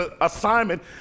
assignment